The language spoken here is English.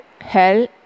hell